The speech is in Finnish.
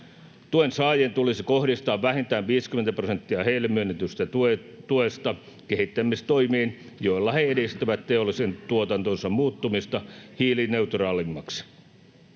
Tuensaajien tulisi kohdistaa vähintään 50 prosenttia heille myönnetystä tuesta kehittämistoimiin, joilla he edistävät teollisen tuotantonsa muuttumista hiilineutraalimmaksi.